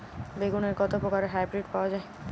বেগুনের কত প্রকারের হাইব্রীড পাওয়া যায়?